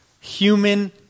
human